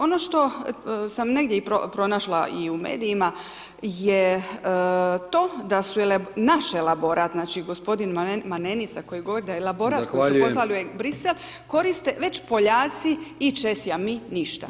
Ono što sam negdje i pronašla i u medijima je to da su naš elaborat, znači, g. Manenica koji govori da je elaborat [[Upadica: Zahvaljujem]] koji su poslali u Brisel koriste već Poljaci i Česi, a mi ništa.